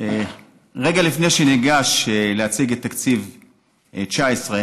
רגע לפני שניגש להציג את תקציב 2019,